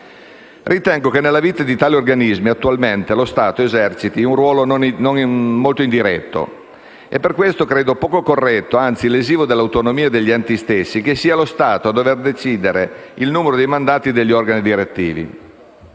Ritengo che nella vita di tali organismi attualmente lo Stato eserciti un ruolo molto indiretto e per questo trovo poco corretto, anzi lesivo dell'autonomia degli enti stessi, che sia lo Stato a dover decidere il numero dei mandati degli organi direttivi.